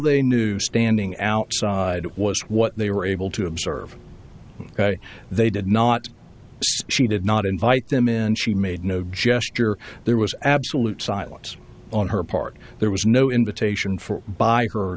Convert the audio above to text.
they knew standing outside was what they were able to observe they did not she did not invite them in she made no gesture there was absolute silence on her part there was no invitation for b